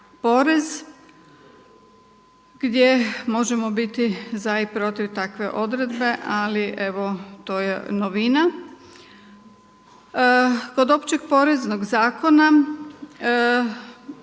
porez gdje možemo biti za i protiv takve odredbe, ali evo to je novina. Kod Općeg poreznog zakona